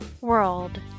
World